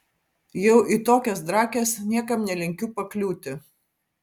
jau į tokias drakes niekam nelinkiu pakliūti